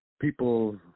people